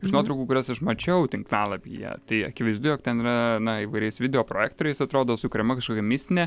iš nuotraukų kurias aš mačiau tinklalapyje tai akivaizdu jog ten yra na įvairiais video projektoriais atrodo sukuriama kažkokia mistinė